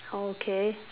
okay